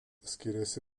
skiriasi